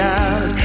out